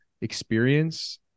experience